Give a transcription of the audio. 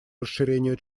расширению